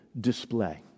display